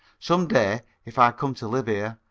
some day, if i come to live here,